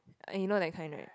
uh you know that kind right